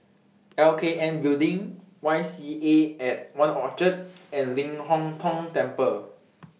L K N Building Y M C A At one Orchard and Ling Hong Tong Temple